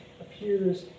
appears